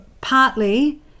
partly